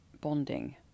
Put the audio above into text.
bonding